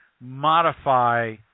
modify